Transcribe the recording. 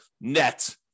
net